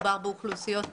לאוכלוסיות